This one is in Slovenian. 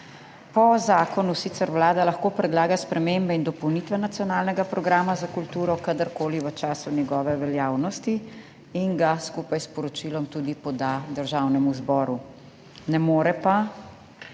Po zakonu sicer Vlada lahko predlaga spremembe in dopolnitve nacionalnega programa za kulturo kadarkoli v času njegove veljavnosti in ga skupaj s poročilom tudi poda Državnemu zboru, ne more pa